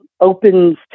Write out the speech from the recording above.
opens